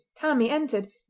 tammie entered,